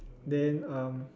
then um